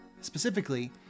Specifically